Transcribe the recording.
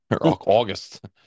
August